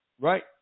Right